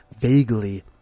vaguely